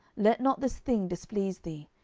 let not this thing displease thee,